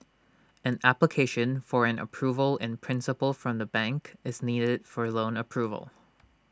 an application for an approval in principle from the bank is needed for loan approval